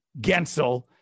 Gensel